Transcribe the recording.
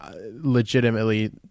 legitimately